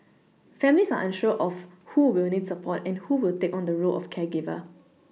families are unsure of who will need support and who will take on the role of caregiver